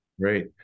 Great